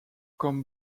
comme